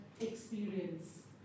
experience